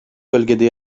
bölgede